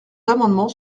amendements